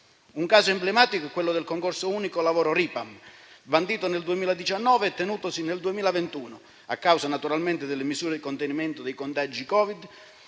Un caso emblematico è quello del concorso unico lavoro Ripam, bandito nel 2019 e tenutosi nel 2021, a causa delle misure di contenimento dei contagi da